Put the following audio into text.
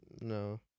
No